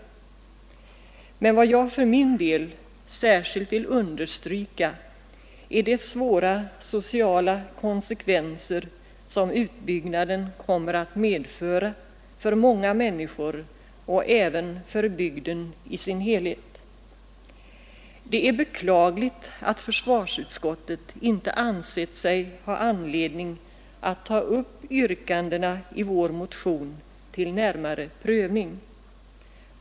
Men vad jag för min del särskilt vill understryka är de svåra sociala konsekvenser som utbyggnaden kommer att medföra för många människor och även för bygden i sin helhet. Det är beklagligt att försvarsutskottet inte ansett sig ha anledning att ta upp yrkandena i vår motion till närmare prövning.